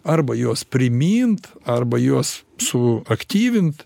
arba juos primint arba juos suaktyvint